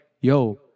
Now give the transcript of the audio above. yo